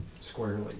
squarely